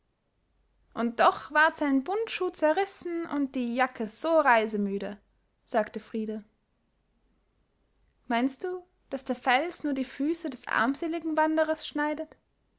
und doch war sein bundschuh zerrissen und die jacke so reisemüde sagte frida meinst du daß der fels nur die füße des armseligen wanderers schneidet